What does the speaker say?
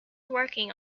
working